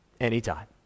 Anytime